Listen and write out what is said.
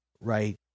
right